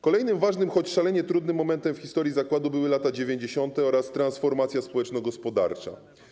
Kolejnym ważnym, choć szalenie trudnym momentem w historii zakładu były lata 90. oraz transformacja społeczno-gospodarcza.